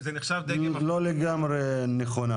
שהיא לא לגמרי נכונה.